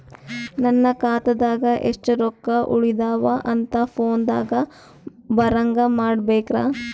ನನ್ನ ಖಾತಾದಾಗ ಎಷ್ಟ ರೊಕ್ಕ ಉಳದಾವ ಅಂತ ಫೋನ ದಾಗ ಬರಂಗ ಮಾಡ ಬೇಕ್ರಾ?